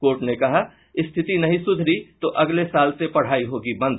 court ने कहा स्थिति नहीं सुधरी तो अगले साल से पढ़ाई होगी बंद